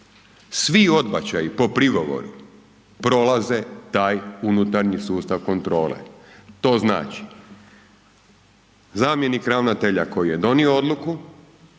Svi odbačaji po prigovoru prolaze taj unutar sustav kontrole, to znači zamjenik ravnatelja koji je donio odluku,